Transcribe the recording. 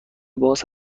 باز